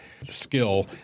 skill